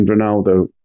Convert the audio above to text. Ronaldo